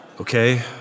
Okay